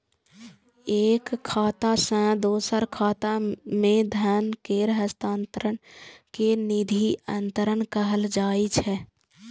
एक खाता सं दोसर खाता मे धन केर हस्तांतरण कें निधि अंतरण कहल जाइ छै